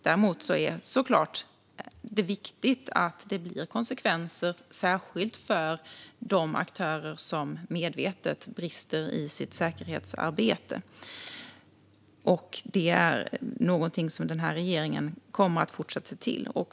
Däremot är det såklart viktigt att det blir konsekvenser, särskilt för de aktörer som medvetet brister i sitt säkerhetsarbete. Det är någonting som den här regeringen kommer att fortsätta se till.